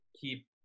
keep